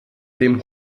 dem